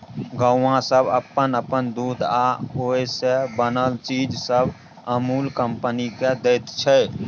गौआँ सब अप्पन अप्पन दूध आ ओइ से बनल चीज सब अमूल कंपनी केँ दैत छै